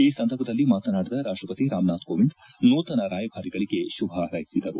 ಈ ಸಂದರ್ಭದಲ್ಲಿ ಮಾತನಾಡಿದ ರಾಷ್ಷಪತಿ ರಾಮನಾಥ್ ಕೋವಿಂದ್ ನೂತನ ರಾಯಭಾರಿಗಳಿಗೆ ಶುಭ ಹಾರ್ಸೆಸಿದರು